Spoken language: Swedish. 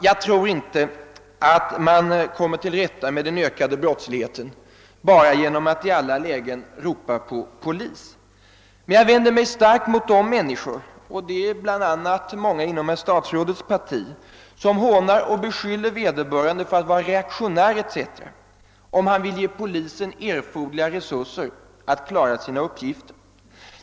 Jag tror inte att man kommer till rätta med den ökade brottsligheten bara genom att i alla lägen ropa på polis, men jag vänder mig bestämt mot de människor — och de är många bl.a. inom herr statsrådets parti — som hånfulit beskyller vederbörande för att vara reaktionär etc., om han vill ge polisen erforderliga resurser att klara sina uppgifter.